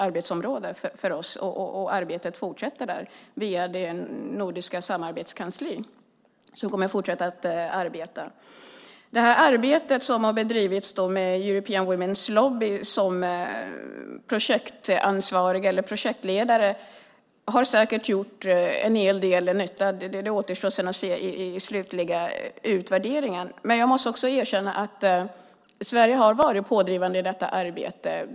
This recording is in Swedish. Arbetet kommer där att fortsätta via det nordiska samarbetskansliet. Det arbete som har bedrivits med European Women's Lobby som projektledare har säkert gjort en hel del nytta. Det återstår att se i den slutliga utvärderingen. Men jag måste också erkänna att Sverige har varit pådrivande i detta arbete.